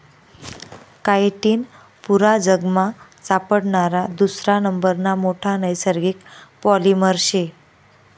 chitin पुरा जगमा सापडणारा दुसरा नंबरना मोठा नैसर्गिक पॉलिमर शे